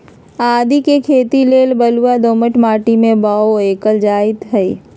आदीके खेती लेल बलूआ दोमट माटी में बाओ कएल जाइत हई